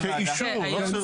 כאישור, לא כסירוב.